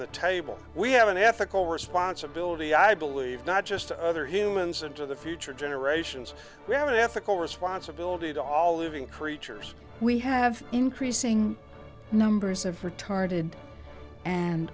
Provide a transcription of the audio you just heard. the table we have an ethical responsibility i believe not just to other humans and to the future generations we have an ethical responsibility to all living creatures we have increasing numbers of retarded and